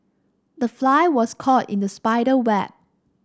the fly was caught in the spider web